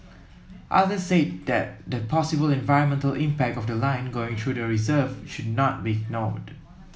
others said that the possible environmental impact of the line going through the reserve should not be ignored